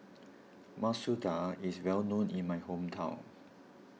Masoor Dal is well known in my hometown